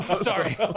sorry